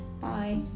Bye